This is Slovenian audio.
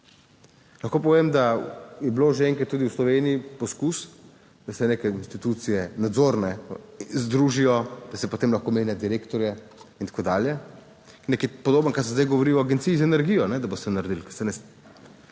Lahko povem, da je bil že enkrat tudi v Sloveniji poskus, da se neke institucije, nadzorne, združijo, da se potem lahko menja direktorje in tako dalje. Nekaj podobnega, kot se zdaj govori o Agenciji za energijo, da boste naredili,